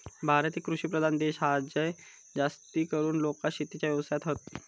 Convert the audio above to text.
भारत एक कृषि प्रधान देश हा, हय जास्तीकरून लोका शेतीच्या व्यवसायात हत